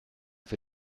für